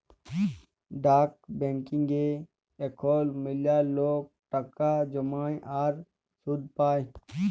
ডাক ব্যাংকিংয়ে এখল ম্যালা লক টাকা জ্যমায় আর সুদ পায়